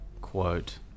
quote